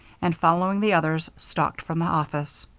and, following the others, stalked from the office.